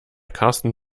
karsten